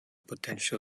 potential